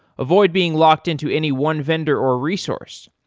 avoid being locked into any one vendor or resource.